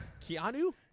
Keanu